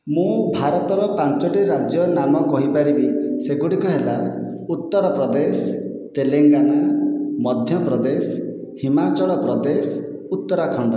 ମୁଁ ଭାରତର ପାଞ୍ଚଟି ରାଜ୍ୟର ନାମ କହି ପାରିବି ସେଗୁଡ଼ିକ ହେଲା ଉତ୍ତର ପ୍ରଦେଶ ତେଲେଙ୍ଗାନା ମଧ୍ୟ ପ୍ରଦେଶ ହିମାଚଳ ପ୍ରଦେଶ ଉତ୍ତରାଖଣ୍ଡ